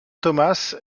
thomas